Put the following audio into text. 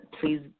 Please